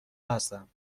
هستم